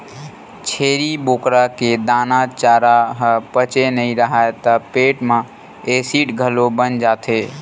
छेरी बोकरा के दाना, चारा ह पचे नइ राहय त पेट म एसिड घलो बन जाथे